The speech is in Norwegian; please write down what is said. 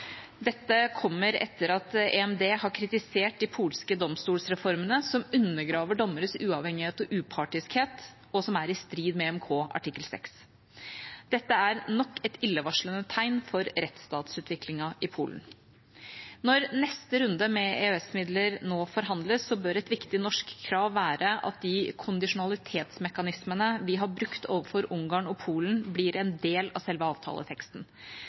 Dette kommer etter at EMD har kritisert de polske domstolsreformene som undergraver dommeres uavhengighet og upartiskhet, og som er i strid med EMK, artikkel 6. Dette er nok et illevarslende tegn for rettsstatsutviklingen i Polen. Når neste runde med EØS-midler nå forhandles, bør et viktig norsk krav være at de kondisjonalitetsmekanismene vi har brukt overfor Ungarn og Polen, blir en del av selve avtaleteksten.